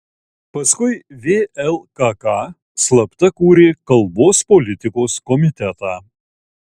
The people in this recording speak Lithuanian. paskui vlkk slapta kūrė kalbos politikos komitetą